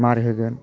मार होगोन